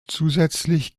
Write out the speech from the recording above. zusätzlich